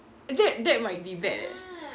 that that might be bad eh